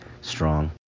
strong